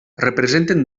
representen